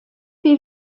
wir